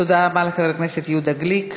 תודה רבה לחבר הכנסת יהודה גליק.